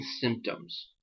symptoms